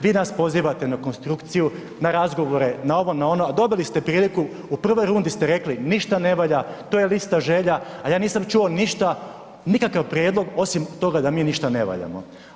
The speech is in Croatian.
Vi nas pozivate na konstrukciju, na razgovore, na ovo, na ono, a dobili ste priliku u prvoj rundi ste rekli, ništa ne valja, to je lista želja, a ja nisam čuo ništa, nikakav prijedlog, osim toga da mi ništa ne valjamo.